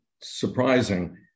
surprising